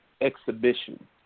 exhibition